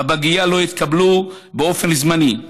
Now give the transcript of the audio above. בפגייה לא התקבלו באופן זמני.